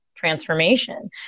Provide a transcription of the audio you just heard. Transformation